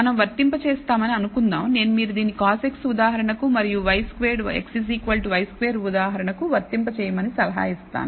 మనం వర్తింప చేస్తామని అనుకుందాంనేను మీరు దీన్ని cos x ఉదాహరణకు మరియు y squared x y square ఉదాహరణకు వర్తింప చేయమని సలహా ఇస్తాను